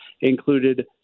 included